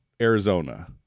Arizona